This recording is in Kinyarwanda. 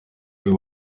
uyu